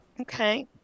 Okay